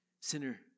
Sinner